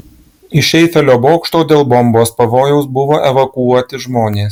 iš eifelio bokšto dėl bombos pavojaus buvo evakuoti žmonės